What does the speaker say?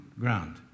ground